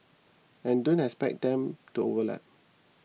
and don't expect them to overlap